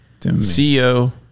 CEO